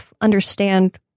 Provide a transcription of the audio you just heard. understand